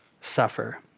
suffer